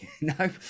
No